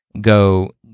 go